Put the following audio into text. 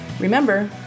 Remember